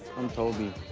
i'm toby.